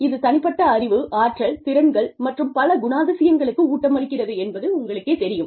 இது தனிப்பட்ட அறிவு ஆற்றல் திறன்கள் மற்றும் பிற குணாதிசயங்களுக்கு ஊட்டமளிக்கிறது என்பது உங்களுக்கே தெரியும்